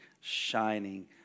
shining